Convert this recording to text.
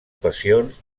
passions